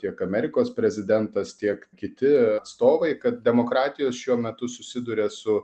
tiek amerikos prezidentas tiek kiti atstovai kad demokratijos šiuo metu susiduria su